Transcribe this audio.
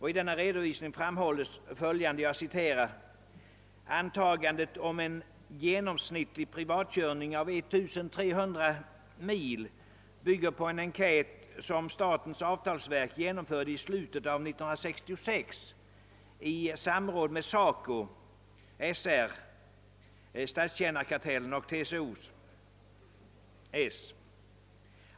I denna redovisning framhålles: »Antagandet om en genomsnittlig privatkörning av 1300 mil bygger på en enkät som statens avtalsverk genomförde i slutet av 1966 i samråd med SACO, SRB, statstjänarkartellen och TCO-S.